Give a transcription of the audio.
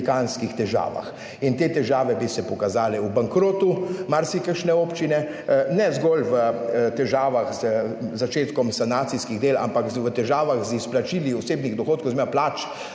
težavah in te težave bi se pokazale v bankrotu marsikakšne občine, ne zgolj v težavah z začetkom sanacijskih del, ampak v težavah z izplačili osebnih dohodkov oziroma plač